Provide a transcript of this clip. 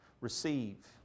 Receive